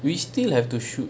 we still have to shoot